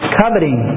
coveting